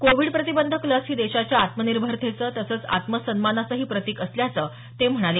Covid प्रतिबंधक लस ही देशाच्या आत्मनिर्भरतेचं तसंच आत्मसन्मानाचंही प्रतीक असल्याचं ते महणाले